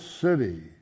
city